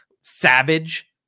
savage